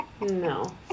no